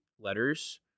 letters